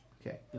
Okay